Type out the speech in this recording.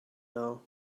now